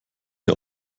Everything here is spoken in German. der